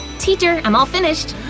teacher! i'm all finished!